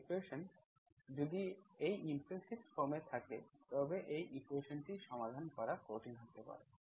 equations যদি এই implicit form থাকে তবে এই ইকুয়েশন্সটি সমাধান করা কঠিন হতে পারে